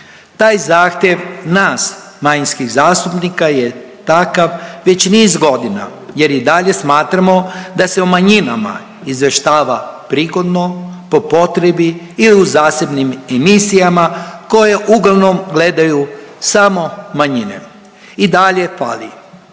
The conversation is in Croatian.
Taj zahtjev nas manjinskih zastupnika je takav već niz godina jer i dalje smatramo da se o manjima izvještava prigodno, po potrebi ili u zasebnim emisijama koje uglavnom gledaju samo manjine. I dalje fali